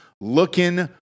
looking